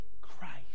Christ